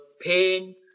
pain